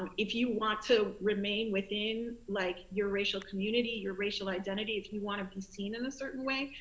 um if you want to remain within, like your racial community, your racial identity, if you want to be seen in a certain way,